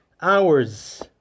hours